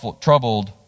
troubled